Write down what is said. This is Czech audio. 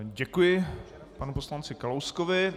Děkuji panu poslanci Kalouskovi.